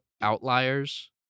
Outliers